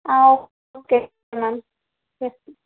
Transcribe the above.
okay ma'am yes